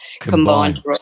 combined